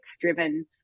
driven